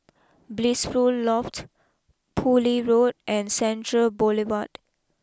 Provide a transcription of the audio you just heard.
Blissful Loft Poole Road and Central Boulevard